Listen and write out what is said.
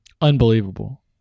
Unbelievable